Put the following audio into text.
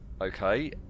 okay